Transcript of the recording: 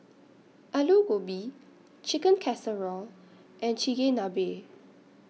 Alu Gobi Chicken Casserole and Chigenabe